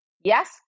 Yes